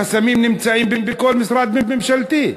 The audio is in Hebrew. החסמים נמצאים בכל משרד ממשלתי.